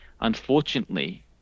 Unfortunately